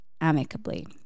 amicably